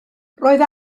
roedd